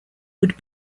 would